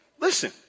Listen